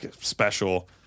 special